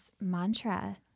mantra